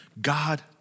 God